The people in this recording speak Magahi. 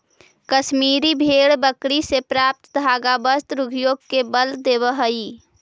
कश्मीरी भेड़ बकरी से प्राप्त धागा वस्त्र उद्योग के बल देवऽ हइ